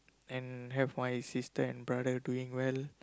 and have my sister and brother doing well